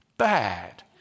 Bad